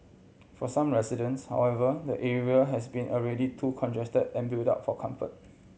for some residents however the area has been already too congested and built up for comfort